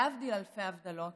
להבדיל אלפי הבדלות,